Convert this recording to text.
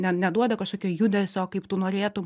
ne neduoda kažkokio judesio kaip tu norėtum